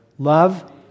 Love